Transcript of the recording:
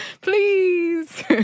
Please